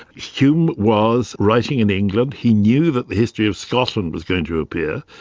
hume was writing in england, he knew that the history of scotland was going to appear,